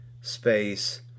space